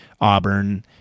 Auburn